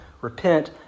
repent